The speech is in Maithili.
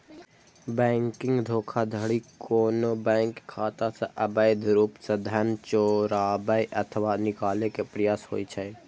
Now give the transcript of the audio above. बैंकिंग धोखाधड़ी कोनो बैंक खाता सं अवैध रूप सं धन चोराबै अथवा निकाले के प्रयास होइ छै